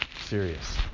serious